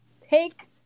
take